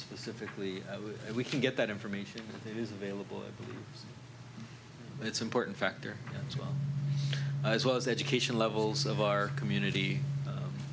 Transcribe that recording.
specifically and we can get that information is available it's important factor as well as education levels of our community